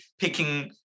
picking